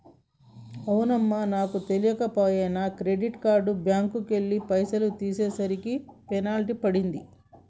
అవునమ్మా నాకు తెలియక పోయే నాను క్రెడిట్ కార్డుతో బ్యాంకుకెళ్లి పైసలు తీసేసరికి పెనాల్టీ పడింది